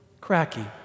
cracky